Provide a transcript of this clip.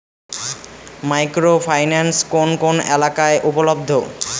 Micro finance কোন কোন এলাকায় উপলব্ধ?